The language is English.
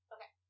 Okay